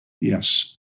yes